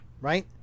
Right